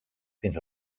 fins